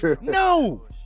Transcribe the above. No